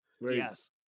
yes